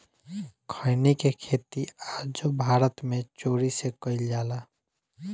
खईनी के खेती आजो भारत मे चोरी से कईल जाला